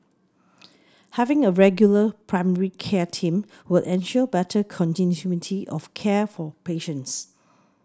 having a regular primary care team will ensure better continuity of care for patients